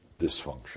dysfunction